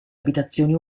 abitazioni